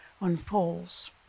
unfolds